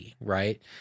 right